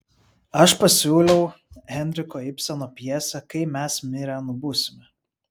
aš pasiūliau henriko ibseno pjesę kai mes mirę nubusime